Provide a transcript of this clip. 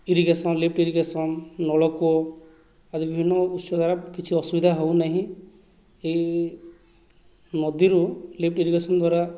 irrigation lift irrigation ନଳକୂଅ ଆଦି ବିଭିନ୍ନ ଉତ୍ସଧାରା କିଛି ଅସୁବିଧା ହେଉ ନାହିଁ ଏହି ନଦୀରୁ ଲିଫ୍ଟ ଇରିଗେସନ୍ ଦ୍ୱାରା